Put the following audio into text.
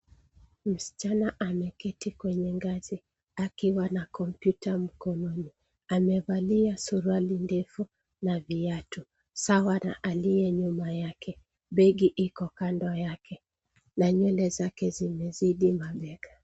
Msichana ameketi kwenye ngazi akiwa na kopyuta mkononi amevalia suruari ndefu na viatu sawa na aliye nyuma yake, begi liko kando yake na nywele zake zimezidi mabega.